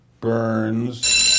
Burns